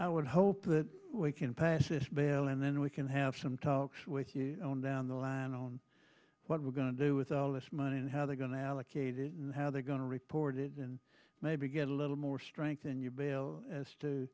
i would hope that we can pass this bill and then we can have some talks with you on down the line on what we're going to do with all this money and how they're going to allocate it and how they're going to report it and maybe get a little more strength in your bail as to